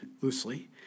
loosely